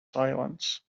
silence